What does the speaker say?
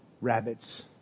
rabbits